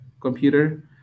computer